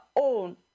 own